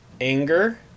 Anger